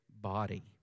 body